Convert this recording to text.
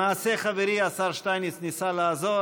במעשה חברי השר שטייניץ ניסה לעזור,